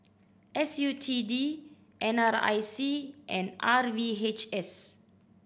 S U T D N R I C and R V H S